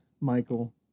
Michael